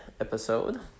episode